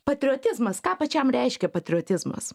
patriotizmas ką pačiam reiškia patriotizmas